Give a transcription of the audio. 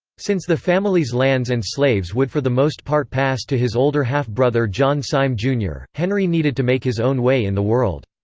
since the family's lands and slaves would for the most part pass to his older half-brother john syme jr, henry needed to make his own way in the world.